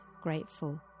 grateful